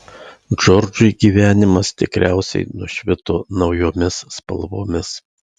džordžui gyvenimas tikriausiai nušvito naujomis spalvomis